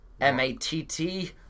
M-A-T-T